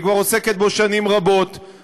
היא כבר עוסקת בו שנים רבות,